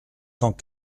cent